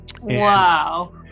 Wow